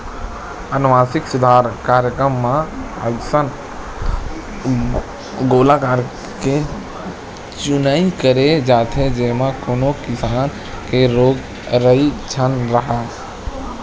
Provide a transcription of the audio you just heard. अनुवांसिक सुधार कार्यकरम म अइसन गोल्लर के चुनई करे जाथे जेमा कोनो किसम के रोग राई झन राहय